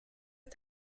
ist